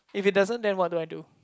if it doesn't then what do I do